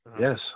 Yes